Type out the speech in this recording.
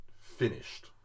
finished